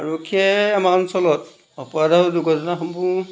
আৰক্ষীয়ে আমাৰ অঞ্চলত অপৰাধ আৰু দুৰ্ঘটনাসমূহ